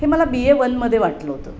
हे मला B A वनमध्ये वाटलं होतं